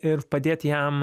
ir padėt jam